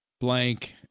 Blank